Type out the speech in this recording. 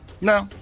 No